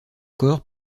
corps